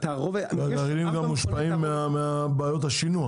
הגרעינים מושפעים גם מבעיות השינוע.